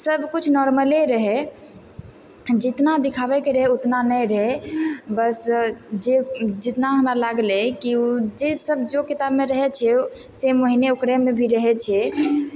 सबकिछु नॉर्मले रहय जितना दिखाबैत रहय उतना नहि रहय बस जे जितना हमरा लागलइ कि उ जे सब जो किताबमे रहय छै सेम ओहिने ओकरेमे भी रहय छै